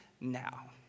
now